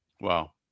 Wow